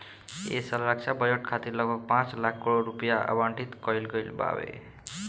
ऐ साल रक्षा बजट खातिर लगभग पाँच लाख करोड़ रुपिया आवंटित कईल गईल बावे